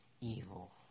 evil